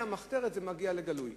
מהמחתרת זה מגיע לגלוי.